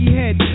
head